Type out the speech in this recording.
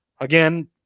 again